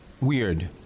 weird